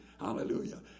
Hallelujah